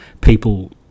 people